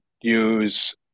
use